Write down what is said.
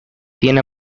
tiene